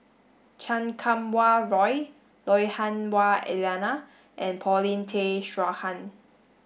Chan Kum Wah Roy Lui Hah Wah Elena and Paulin Tay Straughan